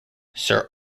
sir